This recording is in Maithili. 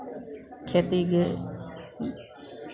खेती गे